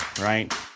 right